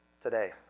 today